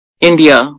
India